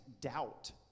doubt